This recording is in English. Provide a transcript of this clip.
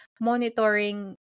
monitoring